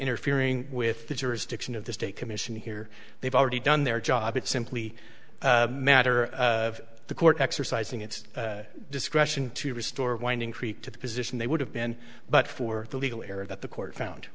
interfering with the jurisdiction of the state commission here they've already done their job it simply a matter of the court exercising its discretion to restore winding creek to the position they would have been but for the legal error that the court found